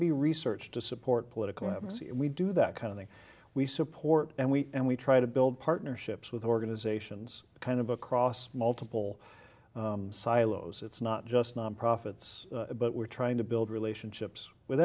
be research to support political atmosphere we do that kind of thing we support and we and we try to build partnerships with organizations kind of across multiple silos it's not just non profits but we're trying to build relationships with